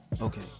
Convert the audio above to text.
Okay